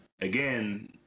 again